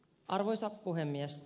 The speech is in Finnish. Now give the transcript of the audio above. arvoisa puhemies